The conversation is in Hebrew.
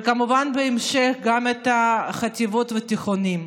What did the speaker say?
וכמובן בהמשך גם החטיבות והתיכונים.